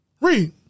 Read